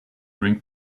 drink